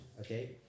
okay